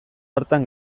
hartan